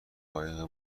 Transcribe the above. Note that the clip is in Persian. قایق